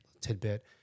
tidbit